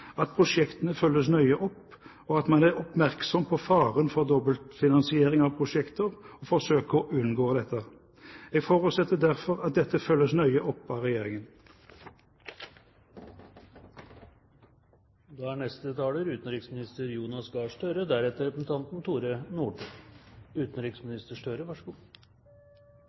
ulike prosjektene, at prosjektene følges nøye opp og at man er oppmerksom på faren for dobbeltfinansiering av prosjekter og forsøker å unngå dette. Jeg forutsetter derfor at dette følges nøye opp av regjeringen. Med en så grundig innstilling og så stor enighet er